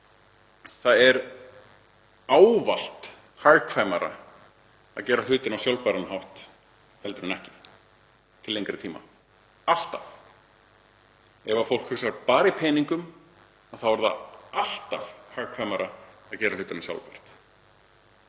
Það er ávallt hagkvæmara að gera hlutina á sjálfbæran hátt heldur en ekki, til lengri tíma. Alltaf. Ef fólk hugsar bara í peningum þá er alltaf hagkvæmara að gera hlutina sjálfbært.